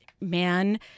man